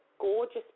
gorgeous